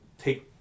take